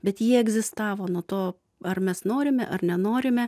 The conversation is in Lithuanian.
bet ji egzistavo nuo to ar mes norime ar nenorime